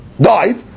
died